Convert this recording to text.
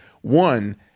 One